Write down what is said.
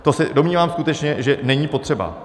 To se domnívám skutečně, že není potřeba.